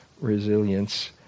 resilience